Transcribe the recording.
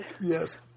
Yes